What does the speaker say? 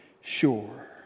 Sure